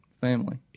family